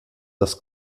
dass